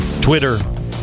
twitter